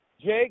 Jake